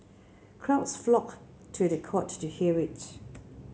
crowds flocked to the court to hear it